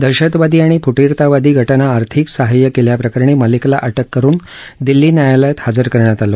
दहशतवादी आणि फुटीरतावादी गटांना आर्थिक सहाय्य केल्याप्रकरणी मलिकला अटक करून दिल्ली न्यायालयात हजर करण्यात आलं